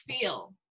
feel